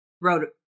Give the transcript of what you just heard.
wrote